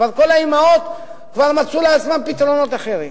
כבר כל האמהות מצאו לעצמן פתרונות אחרים.